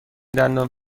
دندان